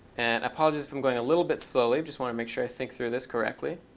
and apologies if i'm going a little bit slowly. i just want to make sure i think through this correctly.